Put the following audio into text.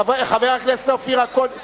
חברת הכנסת לבני לא נמצאת.